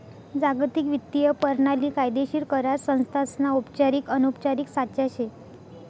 जागतिक वित्तीय परणाली कायदेशीर करार संस्थासना औपचारिक अनौपचारिक साचा शे